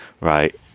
right